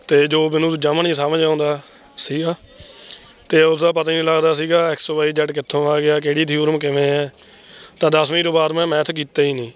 ਅਤੇ ਜੋ ਮੈਨੂੰ ਜਮ੍ਹਾਂ ਨਹੀਂ ਸਮਝ ਆਉਂਦਾ ਸੀਗਾ ਅਤੇ ਉਸਦਾ ਪਤਾ ਹੀ ਨਹੀਂ ਲੱਗਦਾ ਸੀਗਾ ਐਕਸ ਵਾਈ ਜ਼ੈੱਡ ਕਿੱਥੋਂ ਆ ਗਿਆ ਕਿਹੜੀ ਥਿਊਰਮ ਕਿਵੇਂ ਹੈ ਤਾਂ ਦਸਵੀਂ ਤੋਂ ਬਾਅਦ ਮੈਂ ਮੈਥ ਕੀਤਾ ਹੀ ਨਹੀਂ